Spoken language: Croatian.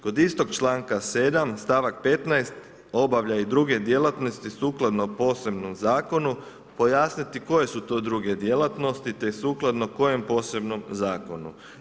Kod istog članka 7. stavak 15. obavlja i druge djelatnosti sukladno posebnom zakonu pojasniti koje su to druge djelatnosti, te sukladno kojem posebnom zakonu.